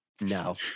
No